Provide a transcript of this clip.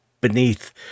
beneath